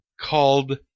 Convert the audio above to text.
called